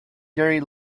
gary